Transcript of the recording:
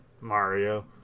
mario